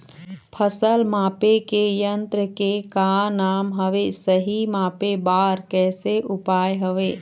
फसल मापे के यन्त्र के का नाम हवे, सही मापे बार कैसे उपाय हवे?